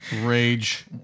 rage